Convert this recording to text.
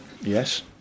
yes